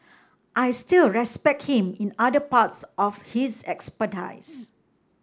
I still respect him in other parts of his expertise